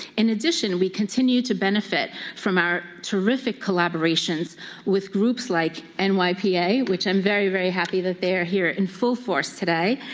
in addition, we continue to benefit from our terrific collaborations with groups like and nypa, which i am very, very happy that they are here in full force today.